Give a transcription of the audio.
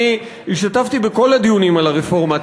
אני השתתפתי בכל הדיונים על הרפורמה,